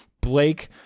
Blake-